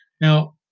Now